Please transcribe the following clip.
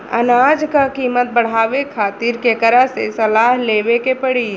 अनाज क कीमत बढ़ावे खातिर केकरा से सलाह लेवे के पड़ी?